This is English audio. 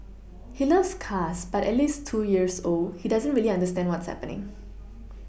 he loves cars but at two years old he doesn't really understand what's happening